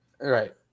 Right